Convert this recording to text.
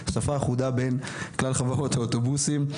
שפה אחודה בין כלל חברות האוטובוסים.